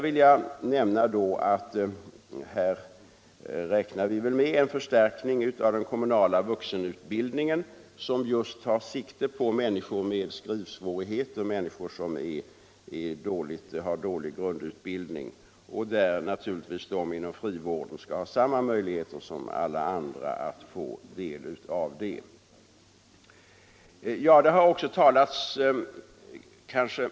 Vi räknar härvidlag med en förstärkning av den kommunala vuxenutbildningen, som just tar sikte på människor med skrivsvårigheter, människor som har dålig grundutbildning. Här skall naturligtvis klienterna inom frivården ha samma möjligheter som alla andra att få del av utbildningsresurserna.